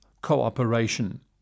cooperation